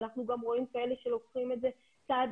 אנחנו גם רואים כאלה שלוקחים את זה צעד